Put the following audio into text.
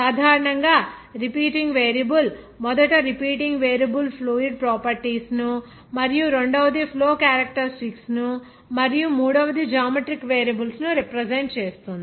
సాధారణంగా repeating variable మొదట repeating variable fluid properties ను మరియు రెండవది ఫ్లో క్యారెక్టర్ స్టిక్స్ ను మరియు మూడవది జామెట్రిక్ వేరియబుల్స్ ను రిప్రజెంట్ చేస్తుంది